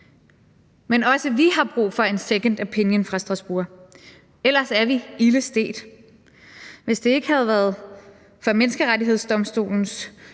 men også vi har brug for en second opinion fra Strasbourg, for ellers er vi ilde stedt. Hvis det ikke havde været for Menneskerettighedsdomstolens